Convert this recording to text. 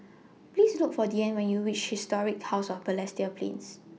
Please Look For Deane when YOU REACH Historic House of Balestier Plains